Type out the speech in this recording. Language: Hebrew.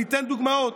אני אתן דוגמאות: